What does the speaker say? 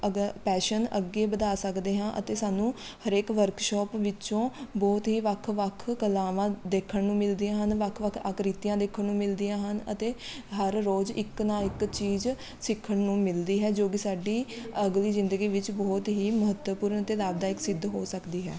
ਅਗੇ ਪੈਸ਼ਨ ਅੱਗੇ ਵਧਾ ਸਕਦੇ ਹਾਂ ਅਤੇ ਸਾਨੂੰ ਹਰੇਕ ਵਰਕਸ਼ੋਪ ਵਿੱਚੋਂ ਬਹੁਤ ਹੀ ਵੱਖ ਵੱਖ ਕਲਾਵਾਂ ਦੇਖਣ ਨੂੰ ਮਿਲਦੀਆਂ ਹਨ ਵੱਖ ਵੱਖ ਆਕ੍ਰਿਤੀਆਂ ਦੇਖਣ ਨੂੰ ਮਿਲਦੀਆਂ ਹਨ ਅਤੇ ਹਰ ਰੋਜ਼ ਇੱਕ ਨਾ ਇੱਕ ਚੀਜ਼ ਸਿੱਖਣ ਨੂੰ ਮਿਲਦੀ ਹੈ ਜੋ ਕਿ ਸਾਡੀ ਅਗਲੀ ਜ਼ਿੰਦਗੀ ਵਿੱਚ ਬਹੁਤ ਹੀ ਮਹੱਤਵਪੂਰਨ ਅਤੇ ਲਾਭਦਾਇਕ ਸਿੱਧ ਹੋ ਸਕਦੀ ਹੈ